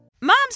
Moms